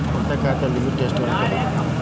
ಉಳಿತಾಯ ಖಾತೆದ ಲಿಮಿಟ್ ಎಷ್ಟ ಇರತ್ತ?